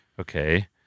okay